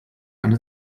eine